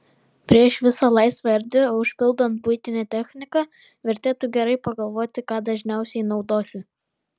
prieš visą laisvą erdvę užpildant buitine technika vertėtų gerai pagalvoti ką dažniausiai naudosi